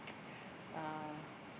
uh